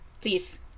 please